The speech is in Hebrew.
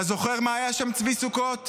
אתה זוכר מה היה שם, צבי סוכות?